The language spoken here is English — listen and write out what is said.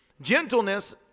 Gentleness